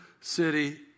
city